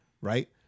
right